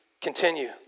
Continue